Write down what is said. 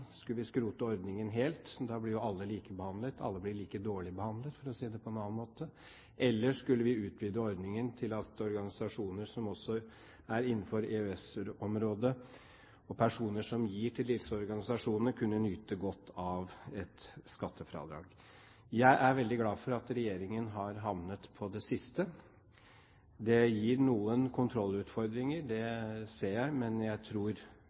Skulle vi skrote ordningen helt – da ble jo alle likebehandlet; alle ble like dårlig behandlet, for å si det på en annen måte – eller skulle vi utvide ordningen til at organisasjoner som også er innenfor EØS-området, og personer som gir til disse organisasjonene, kunne nyte godt av dette skattefradraget? Jeg er veldig glad for at regjeringen har havnet på det siste. Det gir noen kontrollutfordringer, det ser jeg, men jeg tror